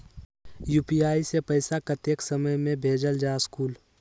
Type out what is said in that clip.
UPI से पैसा कतेक समय मे भेजल जा स्कूल?